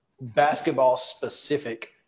basketball-specific